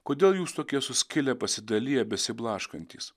kodėl jūs tokie suskilę pasidaliję besiblaškantys